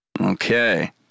Okay